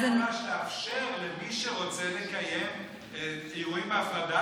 לאפשר למי שרוצה לקיים אירועים בהפרדה,